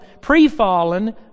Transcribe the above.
pre-fallen